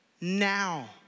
now